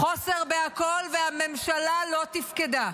חוסר בכול, והממשלה לא תפקדה.